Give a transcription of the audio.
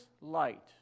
light